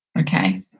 Okay